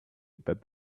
that